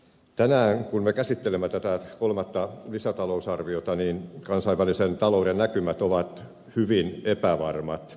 tänään kun me käsittelemme tätä kolmatta lisätalousarviota kansainvälisen talouden näkymät ovat hyvin epävarmat